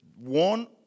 One